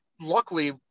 luckily